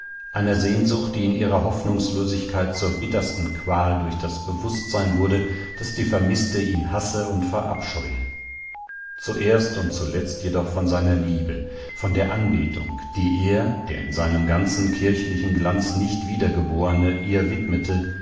einer sehnsucht die in ihrer hoffnungslosigkeit zur bittersten qual durch das bewußtsein wurde daß die vermißte ihn hasse und verabscheue zuerst und zuletzt jedoch von seiner liebe von der anbetung die er der in seinem ganzen kirchlichen glanz nichtwiedergeborene ihr widmete